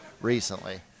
recently